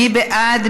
מי בעד?